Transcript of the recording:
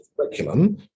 curriculum